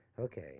okay